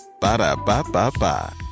Ba-da-ba-ba-ba